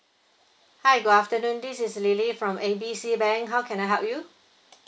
hi good afternoon this is lily from A B C bank how can I help you